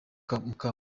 kamanzi